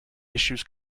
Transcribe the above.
issues